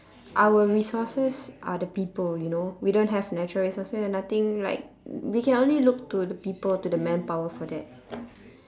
our resources are the people you know we don't have natural resources we have nothing like we can only look to the people to the manpower for that